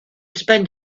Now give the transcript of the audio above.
spend